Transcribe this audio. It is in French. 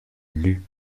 lut